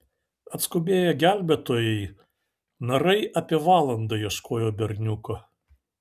atskubėję gelbėtojai narai apie valandą ieškojo berniuko